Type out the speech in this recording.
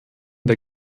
der